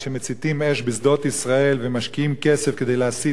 שמציתים אש בשדות ישראל ומשקיעים כסף כדי להסית